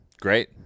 Great